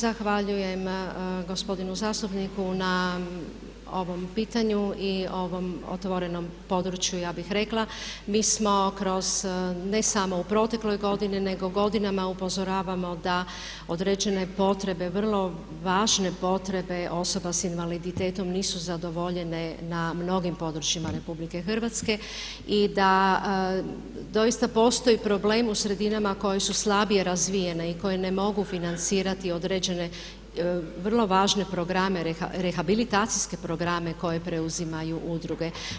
Zahvaljujem gospodinu zastupniku na ovom pitanju i ovom otvorenom području, ja bih rekla, mi smo kroz ne samo u protekloj godini nego godinama upozoravamo da određene potrebe važne potrebe osoba s invaliditetom nisu zadovoljene na mnogim područjima RH i da doista postoji problem u sredinama koje su slabije razvijene i koje ne mogu financirati određene, vrlo važne programe, rehabilitacijske programe koje preuzimaju udruge.